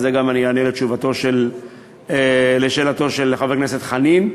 ובזה אני אענה גם על שאלתו של חבר הכנסת חנין,